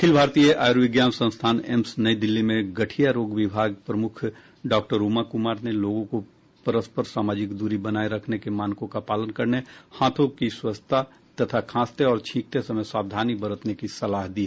अखिल भारतीय आयुर्विज्ञान संस्थान एम्स नई दिल्ली में गठिया रोग विभाग प्रमुख डॉक्टर उमा कुमार ने लोगों को परस्पर सामाजिक दूरी बनाए रखने के मानकों का पालन करने हाथों की स्वच्छता तथा खांसते और छींकते समय सावधानी बरतने की सलाह दी है